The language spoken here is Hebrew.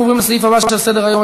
אנחנו עוברים לסעיף הבא שעל סדר-היום: